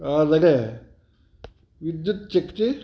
ಆದರೆ ವಿದ್ಯುಚ್ಛಕ್ತಿ